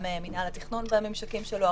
מינהל התכנון והמימשקים שלו,